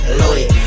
loaded